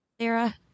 Sarah